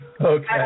Okay